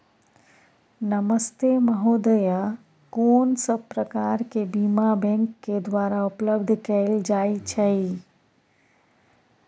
नमस्ते महोदय, कोन सब प्रकार के बीमा बैंक के द्वारा उपलब्ध कैल जाए छै?